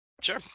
sure